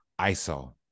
ISO